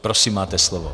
Prosím, máte slovo.